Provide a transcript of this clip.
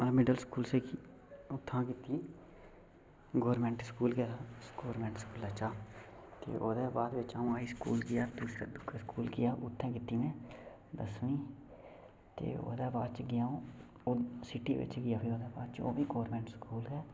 अं'ऊ middle school च उत्थां कीती गौरमेंट स्कूल गै हा गौरमेंट स्कुलै चा ते ओह्दे बाद बिच अं'ऊ हाई स्कूल गेआ दूऐ स्कूल गेआ हाई उत्थें कीती में दसमीं ते ओह्दे बाद च गेआ अं'ऊ सिटी बिच गेआ ओह्दे बाद च ओह्बी गौरमेंट स्कूल हा